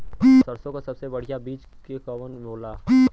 सरसों क सबसे बढ़िया बिज के कवन होला?